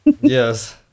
yes